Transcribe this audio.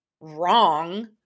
wrong